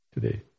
today